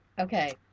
Okay